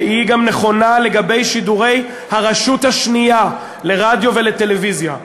שהיא גם נכונה לגבי שידורי הרשות השנייה לרדיו ולטלוויזיה,